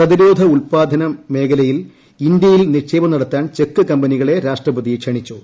പ്രതിരോധ ഉൽപ്പാദന മേഖലയിൽ ഇന്ത്യയിൽ നിക്ഷേപം നടത്താൻ ചെക്ക് കമ്പനികളെ രാഷ്ട്രപതി ക്ഷണിച്ചു